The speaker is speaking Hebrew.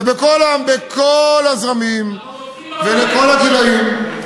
בכל הזרמים ובכל הגילאים.